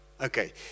Okay